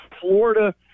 florida